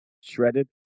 shredded